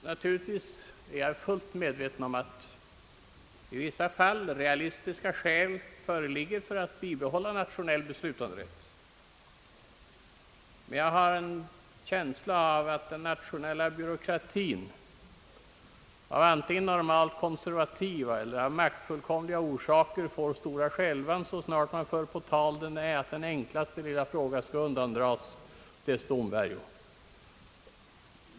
Naturligtvis är jag fullt medveten om att det i vissa fall föreligger realistiska skäl för att bibehålla en nationell beslutanderätt. Men jag har en känsla av att den nationella byråkratien av normalt konservativa eller av maktfullkomliga orsaker får stora skälvan så snart man för på tal att den allra enklaste lilla fråga skall undandras dess domvärjo.